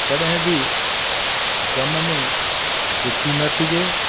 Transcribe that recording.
कॾहिं बि ग़म में दुखी न थीजे